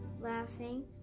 laughing